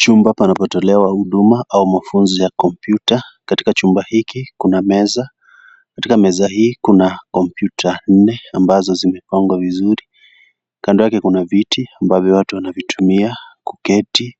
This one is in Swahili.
Chumba panapotolewa huduma au mafunzo ya kompyuta. Katika chumba hiki kuna meza, katika meza hii kuna kompyuta nne ambazo zimepangwa vizuri. Kando yake kuna viti ambavyo watu wanavitumia kuketi,